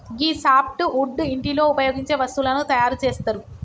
గీ soft wood ఇంటిలో ఉపయోగించే వస్తువులను తయారు చేస్తరు